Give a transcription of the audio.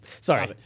Sorry